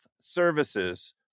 Services